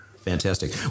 Fantastic